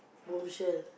Bombshell